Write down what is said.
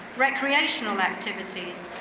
recreational activities,